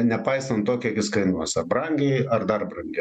nepaisant to kiek jis kainuos brangiai ar dar brangiau